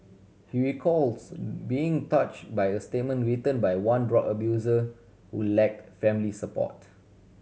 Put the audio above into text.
he recalls being touch by a statement written by one drug abuser who lacked family support